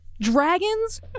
Dragons